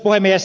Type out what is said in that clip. puhemies